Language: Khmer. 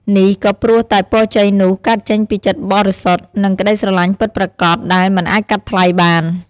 នេះក៏ព្រោះតែពរជ័យនោះកើតចេញពីចិត្តបរិសុទ្ធ និងក្តីស្រឡាញ់ពិតប្រាកដដែលមិនអាចកាត់ថ្លៃបាន។